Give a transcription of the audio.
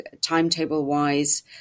timetable-wise